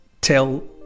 tell